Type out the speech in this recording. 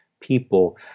people